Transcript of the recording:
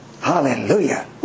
hallelujah